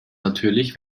natürlich